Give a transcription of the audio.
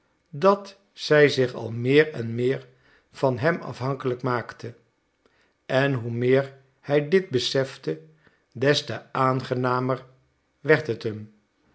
dat zij zich al meer en meer van hem afhankelijk maakte en hoe meer hij dit besefte des te aangenamer werd het hem